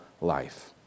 life